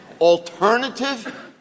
alternative